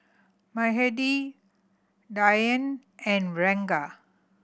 Mahade Dhyan and Ranga